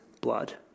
blood